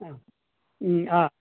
એમ હા